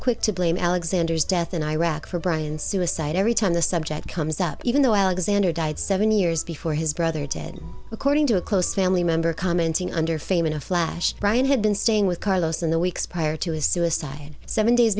quick to blame alexander's death in iraq for brian suicide every time the subject comes up even though alexander died seven years before his brother did according to a close family member commenting under fame in a flash brian had been staying with carlos in the weeks prior to his suicide seven